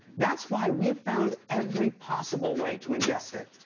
that's why we have found every possible way to ingest it.